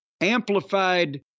amplified